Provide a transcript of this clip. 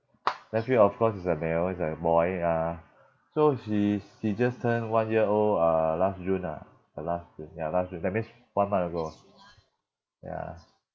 nephew of course is a male is a boy ya so he he just turned one year old uh last june ah the last ya last that that means one month ago ya